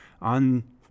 on